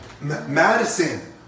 Madison